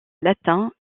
latin